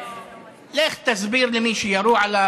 לך תסביר למי שירו עליו,